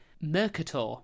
Mercator